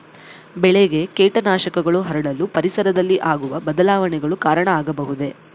ಬೆಳೆಗೆ ಕೇಟನಾಶಕಗಳು ಹರಡಲು ಪರಿಸರದಲ್ಲಿ ಆಗುವ ಬದಲಾವಣೆಗಳು ಕಾರಣ ಆಗಬಹುದೇ?